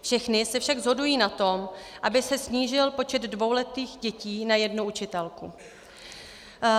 Všechny se však shodují na tom, aby se snížil počet dvouletých dětí na jednu učitelku.